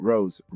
Rose